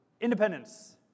independence